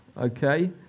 Okay